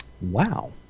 Wow